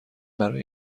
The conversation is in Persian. برای